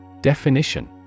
Definition